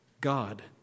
God